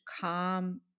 calm